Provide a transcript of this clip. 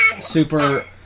super